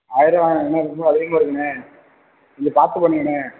ஆயிர் ருபா அதிகமாய் இருக்குது அதிகமாய் இருக்குண்ணே கொஞ்சம் பார்த்து பண்ணுங்கண்ணே